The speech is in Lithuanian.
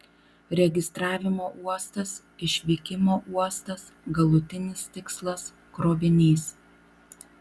registravimo uostas išvykimo uostas galutinis tikslas krovinys